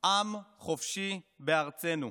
עם חופשי בארצנו.